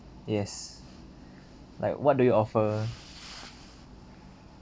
yes like what do you offer